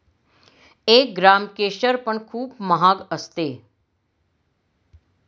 एक ग्राम केशर पण खूप महाग असते